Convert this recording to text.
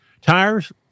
tires